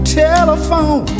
telephone